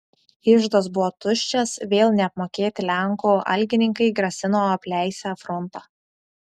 iždas buvo tuščias vėl neapmokėti lenkų algininkai grasino apleisią frontą